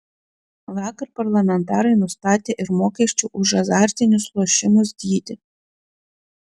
vakar parlamentarai nustatė ir mokesčių už azartinius lošimus dydį